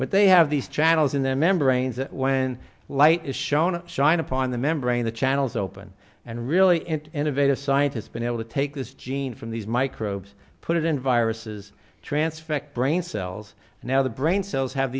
but they have these channels in their membranes that when light is shown to shine upon the membrane the channels open and really in innovative scientists been able to take this gene from these microbes put it in viruses transfer ect brain cells now the brain cells have